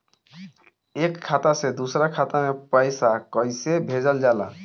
एक खाता से दूसरा खाता में पैसा कइसे भेजल जाला?